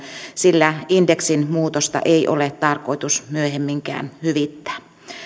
sillä indeksin muutosta ei ole tarkoitus myöhemminkään hyvittää